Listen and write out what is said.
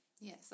Yes